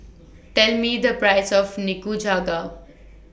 Tell Me The Price of Nikujaga